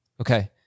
Okay